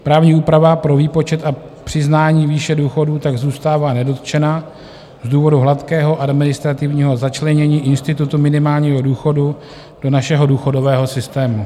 Právní úprava pro výpočet a přiznání výše důchodů tak zůstává nedotčena z důvodu hladkého administrativního začlenění institutu minimálního důchodu do našeho důchodového systému.